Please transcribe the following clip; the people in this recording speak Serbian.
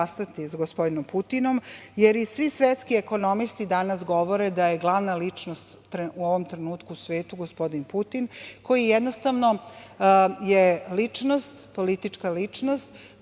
sa gospodinom Putinom, jer i svi svetski ekonomisti danas govore da je glavna ličnost u ovom trenutku u svetu gospodin Putin, koji je politička ličnost